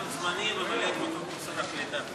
באופן זמני ממלא את מקומו שר הקליטה.